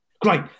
Great